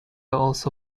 also